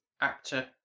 actor